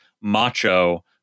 macho